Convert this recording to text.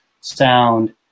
sound